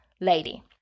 lady